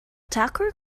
tucker